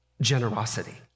generosity